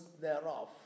thereof